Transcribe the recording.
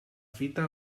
fita